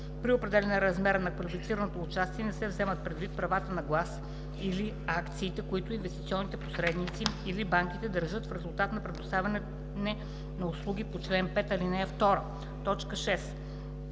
При определяне размера на квалифицираното участие не се вземат предвид правата на глас или акциите, които инвестиционните посредници или банките държат в резултат на предоставяне на услугите по чл. 5, ал. 2, т. 6